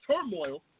turmoil